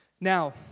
Now